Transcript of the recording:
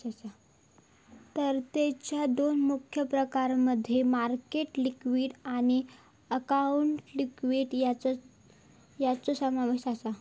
तरलतेच्या दोन मुख्य प्रकारांमध्ये मार्केट लिक्विडिटी आणि अकाउंटिंग लिक्विडिटी यांचो समावेश आसा